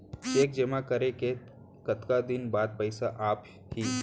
Cheque जेमा करे के कतका दिन बाद पइसा आप ही?